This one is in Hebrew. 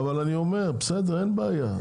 אין בעיה.